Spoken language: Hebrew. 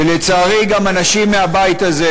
ולצערי, גם אנשים מהבית הזה,